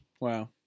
wow